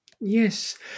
Yes